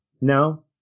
no